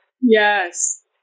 Yes